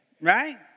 right